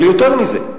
אבל יותר מזה: